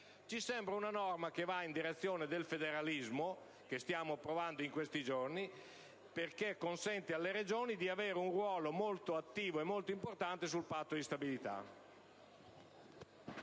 Ci sembra che questa norma vada nella direzione del federalismo di cui stiamo discutendo in questi giorni, perché consente alle Regioni di avere un ruolo molto attivo e molto importante sul Patto di stabilità.